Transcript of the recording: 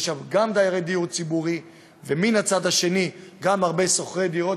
יש שם גם דיירי דיור ציבורי ומן הצד השני גם הרבה שוכרי דירות.